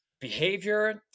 behavior